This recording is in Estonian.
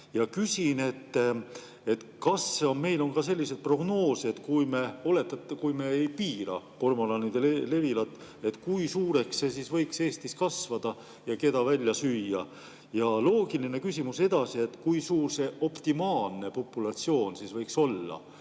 Küsin, kas meil on ka selliseid prognoose, et kui me ei piira kormoranide levilat, siis kui suureks see võiks Eestis kasvada ja keda välja süüa. Ja loogiline küsimus edasi: kui suur see optimaalne populatsioon võiks olla,